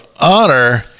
honor